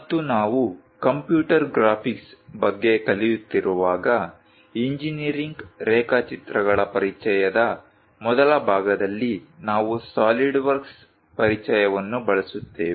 ಮತ್ತು ನಾವು computer graphics ಬಗ್ಗೆ ಕಲಿಯುತ್ತಿರುವಾಗ ಇಂಜಿನೀರಿಂಗ್ ರೇಖಾಚಿತ್ರಗಳ ಪರಿಚಯದ ಮೊದಲ ಭಾಗದಲ್ಲಿ ನಾವು ಸೋಲಿಡ್ ವರ್ಕ್ಸ್ನ ಪರಿಚಯವನ್ನು ಬಳಸುತ್ತೇವೆ